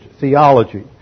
theology